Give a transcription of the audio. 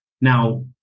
Now